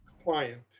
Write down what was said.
client